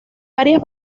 varias